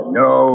no